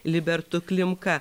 libertu klimka